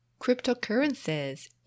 cryptocurrencies